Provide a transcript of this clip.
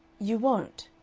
you won't.